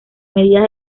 medidas